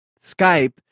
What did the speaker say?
Skype